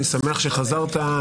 אני שמח שחזרת,